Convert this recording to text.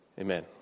Amen